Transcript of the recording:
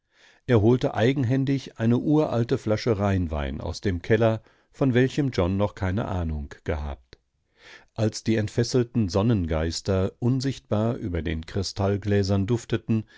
er holte eigenhändig eine uralte flasche rheinwein aus dem keller von welchem john noch keine ahnung gehabt als die entfesselten sonnengeister unsichtbar über den kristallgläsern dufteten